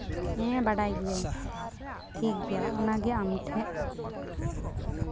ᱦᱮᱸ ᱵᱟᱰᱟᱭ ᱜᱤᱭᱟᱹᱧ ᱴᱷᱤᱠ ᱜᱮᱭᱟ ᱚᱱᱟᱜᱮ ᱟᱢ ᱴᱷᱮᱡ